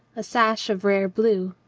a sash of rare blue.